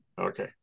Okay